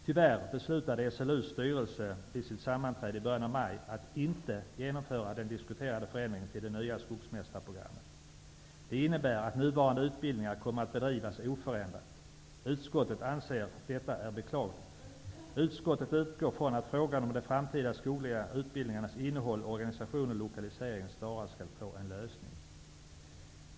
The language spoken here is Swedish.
Tyvärr beslutade SLU:s styrelse vid sitt sammanträde i början av maj att inte genomföra den diskuterade förändringen till det nya skogsmästarprogrammet. Beslutet innebär att de nuvarande utbildningarna kommer att bedrivas oförändrat. Utskottet anser att detta är beklagligt. Utskottet utgår från att frågan om de framtida skogliga utbildningarnas innehåll, organisation och lokalisering snarast skall få en lösning.